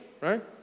right